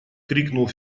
крикнул